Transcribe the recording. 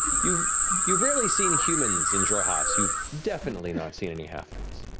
you've you've rarely seen humans in xhorhas, you've definitely not seen any halflings.